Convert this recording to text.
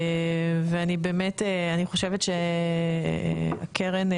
ואני באמת חושבת שהקרן,